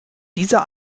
dieser